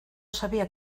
sabía